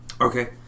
Okay